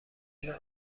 آگاه